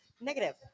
Negative